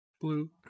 Blue